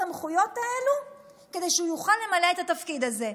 הסמכויות האלה כדי שיוכל למלא את התפקיד הזה.